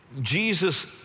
Jesus